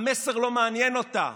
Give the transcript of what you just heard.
המסר לא מעניין אותה.